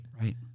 Right